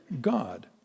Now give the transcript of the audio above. God